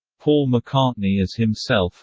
paul mccartney as himself